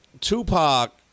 Tupac